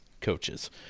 coaches